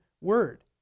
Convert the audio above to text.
word